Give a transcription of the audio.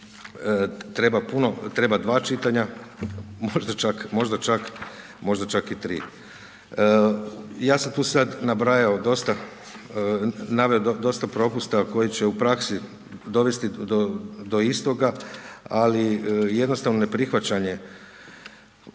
treba dva čitanja, možda čak i tri. Ja sam tu sada nabrajao, dosta naveo, dosta propusta, koji će u praksi dovesti do istoga, ali jednostavno neprihvaćanje,